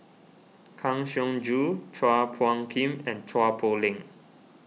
Kang Siong Joo Chua Phung Kim and Chua Poh Leng